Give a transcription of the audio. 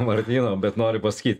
martyno bet noriu pasakyt